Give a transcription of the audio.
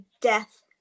death